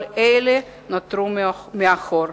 כל אלה נותרו מאחור.